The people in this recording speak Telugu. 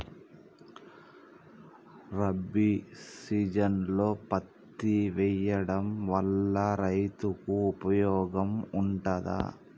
రబీ సీజన్లో పత్తి వేయడం వల్ల రైతులకు ఉపయోగం ఉంటదా?